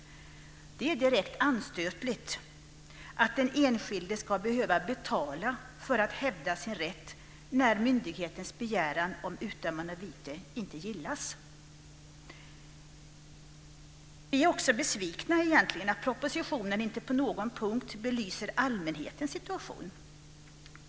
Det är direkt anstötligt att den enskilde ska behöva betala för att hävda sin rätt när myndighetens begäran om utdömande av vite inte gillas. Vi är också besvikna över att propositionen inte på någon punkt belyser allmänhetens situation.